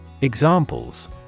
Examples